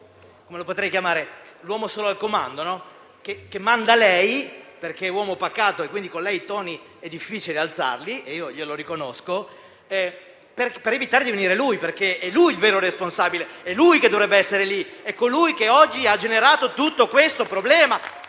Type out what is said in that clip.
vede in lei anche l'uomo solo al comando, che manda lei, perché è uomo pacato e quindi con lei i toni è difficile alzarli (e io glielo riconosco) per evitare di venire lui perché è lui il vero responsabile, è lui che dovrebbe essere lì, è lui che oggi ha generato tutto questo problema.